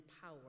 power